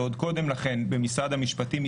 ועוד קודם לכן במשרד המשפטים,